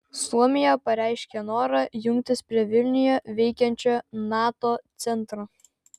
suomija pareiškė norą jungtis prie vilniuje veikiančio nato centro